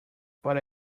but